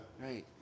Right